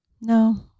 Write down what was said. No